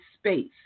space